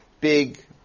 big